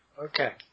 Okay